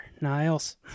Niles